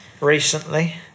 recently